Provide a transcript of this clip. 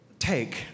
take